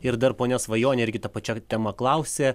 ir dar ponia svajonė irgi ta pačia tema klausia